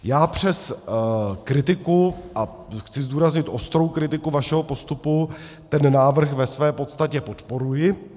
Já přes kritiku a chci zdůraznit ostrou kritiku vašeho postupu ten návrh ve své podstatě podporuji.